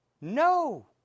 No